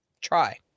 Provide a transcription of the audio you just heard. Try